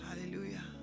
Hallelujah